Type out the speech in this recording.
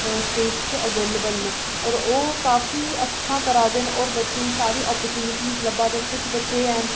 state च available न ते ओह् बड़ा अच्छा करा दे न ते सारे बच्चें गी आपर्चुनिटी